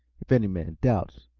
if any man doubts,